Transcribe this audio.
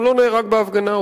הוא לא נהרג בהפגנה,